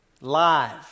Live